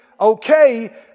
okay